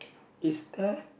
is there